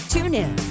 TuneIn